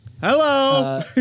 Hello